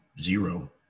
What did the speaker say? zero